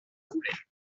roulettes